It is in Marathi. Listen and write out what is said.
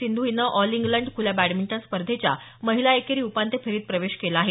सिंधू हिनं ऑल इंग्लंड खुल्या बॅडमिंटन स्पर्धेच्या महिला एकेरी उपांत्य फेरीत प्रवेश केला आहे